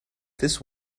this